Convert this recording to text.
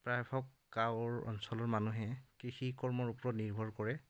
প্ৰায়ভাগ গাঁওৰ অঞ্চলৰ মানুহে কৃষি কৰ্মৰ ওপৰত নিৰ্ভৰ কৰে